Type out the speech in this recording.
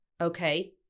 Okay